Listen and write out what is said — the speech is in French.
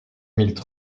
mille